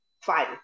fine